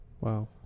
Wow